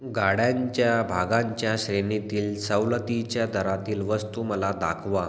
गाड्यांच्या भागांच्या श्रेणीतील सवलतीच्या दरातील वस्तू मला दाखवा